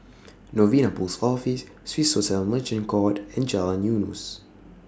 Novena Post Office Swissotel Merchant Court and Jalan Eunos